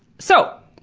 so!